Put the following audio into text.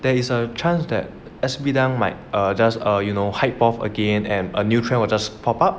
there is a chance that as S_B dunk might just err you know hype of again and a new trend will just pop up